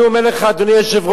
אני אומר לך, אדוני היושב-ראש: